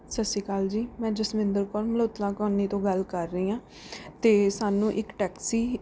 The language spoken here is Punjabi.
ਸਤਿ ਸ਼੍ਰੀ ਅਕਾਲ ਜੀ ਮੈਂ ਜਸਵਿੰਦਰ ਕੌਰ ਮਲਹੋਤਰਾ ਕਲੋਨੀ ਤੋਂ ਗੱਲ ਕਰ ਰਹੀ ਹਾਂ ਅਤੇ ਸਾਨੂੰ ਇੱਕ ਟੈਕਸੀ